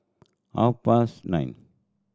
half past nine